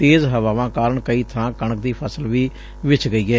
ਤੇਜ਼ ਹਵਾਵਾਂ ਕਾਰਨ ਕਈ ਬਾਂ ਕਣਕ ਦੀ ਫਸਲ ਵੀ ਵਿੱਛ ਗਈ ਏ